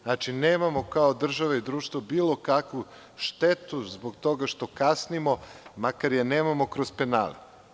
Znači, nemamo kao država i društvo bilo kakvu štetu zbog toga što kasnimo, makar je namamo kroz penale.